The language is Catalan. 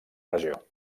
regió